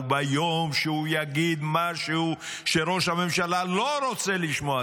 ביום שהם יגידו משהו שראש הממשלה לא רוצה לשמוע,